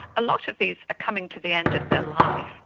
a lot of these are coming to the end of their life,